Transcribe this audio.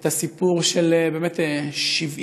את הסיפור של 93